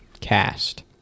Cast